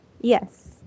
Yes